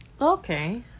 Okay